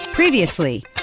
Previously